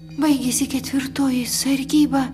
baigėsi ketvirtoji sargyba